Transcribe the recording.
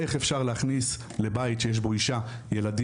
איך אפשר להכניס לבית שיש בו אישה ילדים,